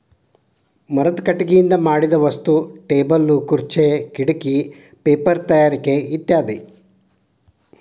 ಮರದ ಕಟಗಿಯಿಂದ ಮಾಡಿದ ವಸ್ತು ಟೇಬಲ್ ಖುರ್ಚೆ ಕಿಡಕಿ ಪೇಪರ ತಯಾರಿಕೆ ಇತ್ಯಾದಿ